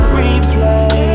replay